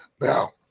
Now